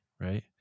Right